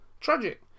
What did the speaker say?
tragic